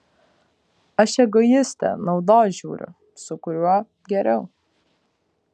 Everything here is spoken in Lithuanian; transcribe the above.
aš egoistė naudos žiūriu su kuriuo geriau